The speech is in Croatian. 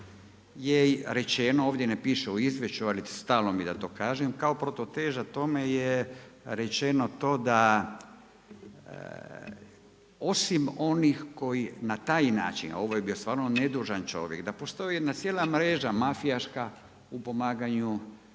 je rečeno, ovdje ne piše u izvješću, ali stalo mi je da to kažem. Kao protuteža tomu je rečeno to da osim onih koji na taj način, a ovo je stvarno bio nedužan čovjek, da postoji jedna cijela mreža mafijaška u pomaganju,